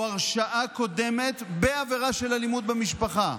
הרשעה קודמת בעבירה של אלימות במשפחה.